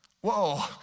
Whoa